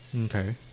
Okay